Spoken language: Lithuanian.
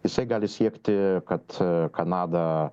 jisai gali siekti kad kanada